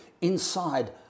inside